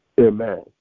Amen